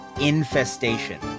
Infestation